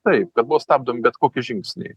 taip kad buvo stabdomi bet kokie žingsniai